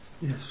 Yes